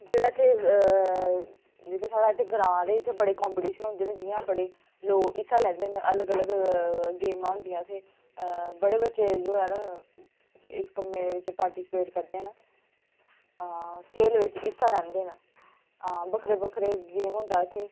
जेह्ड़ा इत्थै जेह्ड़ा इत्थै ग्रांऽ ते इत्थै बड़े कंपीटिशन होंदे न जियां बड़े लोक हिस्सा लैंदे न अलग अलग गेमां होंदियां इत्थै ते बड़े बच्चे न ज इस कम्मै ई पार्टीस्पेट करदे न आं खेल बिच हिस्सा लैंदे न बक्खरा बक्ऱा गेम होंदा इत्थें